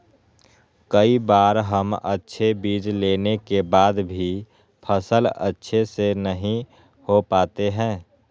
कई बार हम अच्छे बीज लेने के बाद भी फसल अच्छे से नहीं हो पाते हैं?